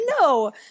no